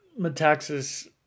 Metaxas